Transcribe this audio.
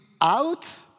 out